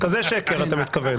לכזה שקר אתה מתכוון,